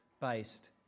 based